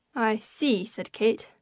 i see, said kate.